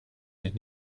sich